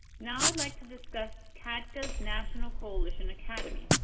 now, i'd like to discuss cadca's national coalition academy.